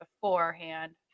beforehand